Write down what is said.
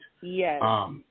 Yes